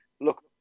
Look